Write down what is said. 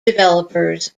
developers